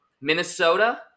Minnesota